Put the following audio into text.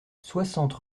soixante